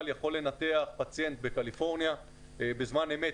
יכול לנתח פציינט בקליפורניה בזמן אמת.